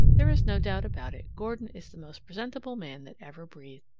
there is no doubt about it, gordon is the most presentable man that ever breathed.